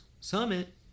Summit